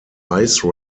ice